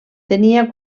tenia